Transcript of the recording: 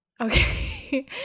Okay